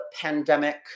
pandemic